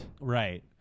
Right